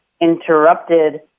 interrupted